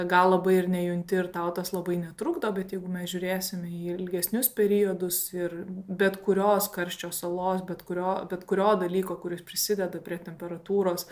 gal labai ir nejunti ir tau tas labai netrukdo bet jeigu mes žiūrėsime į ilgesnius periodus ir bet kurios karščio salos bet kurio bet kurio dalyko kuris prisideda prie temperatūros